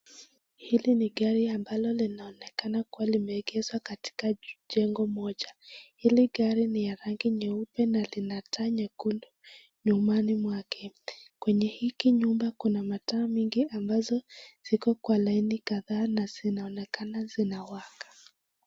Hili ni gari ambalo linaonekana kuwa limeegeshwa katika jengo moja, hili gari ni la rangi nyeupe na lina taa nyekundu nyumani mwake, kwenye hiki nyumba kuna mataa mingi ambazo ziko kwa laini kadhaa na zinaonekana zinawaka.